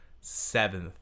seventh